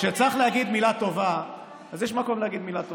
כשצריך להגיד מילה טובה אז יש מקום להגיד מילה טובה.